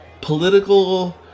political